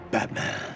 Batman